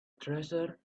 treasure